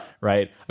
right